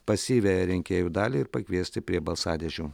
pasyviąją rinkėjų dalį ir pakviesti prie balsadėžių